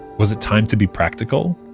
was it time to be practical?